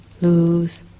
lose